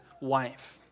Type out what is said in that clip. wife